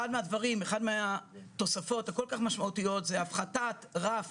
אחת התוספות המשמעותיות היא הפחתת הרף